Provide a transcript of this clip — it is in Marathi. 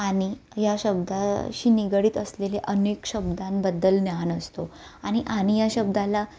आणि या शब्दाशी निगडित असलेले अनेक शब्दांबद्दल ज्ञान असतो आणि आणि या शब्दाला